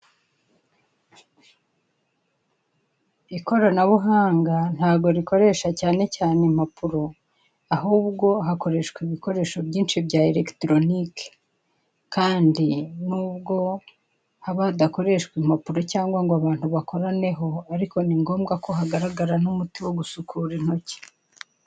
Ikoranabuhanga ntabwo rikoresha cyane cyane impapuro, ahubwo hakoreshwa ibikoresho byinshi cya eregitoronike. Kandi n'ubwo haba hadakoreshwa impapuro cyangwa ngo abantu bakoraneho, ariko ni ngombwa ko hagaragara n'umuti wo gusukura intoki.